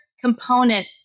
component